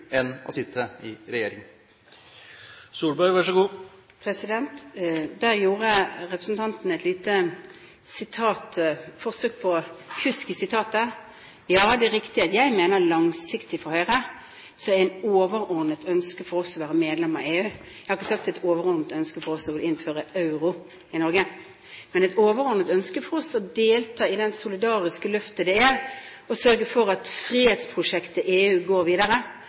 enn å sitte i regjering? Der gjorde representanten et lite forsøk på fusk i sitatet. Ja, det er riktig at jeg på lang sikt fra Høyre har et overordnet ønske om å bli medlem av EU. Jeg har ikke sagt at det er et overordnet ønske for oss å innføre euro i Norge. Men det er et overordnet ønske for oss å delta i det solidariske løftet det er å sørge for at fredsprosjektet EU går videre,